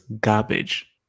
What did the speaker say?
garbage